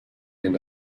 den